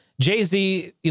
Jay-Z